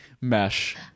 mesh